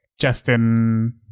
Justin